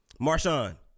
Marshawn